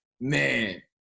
man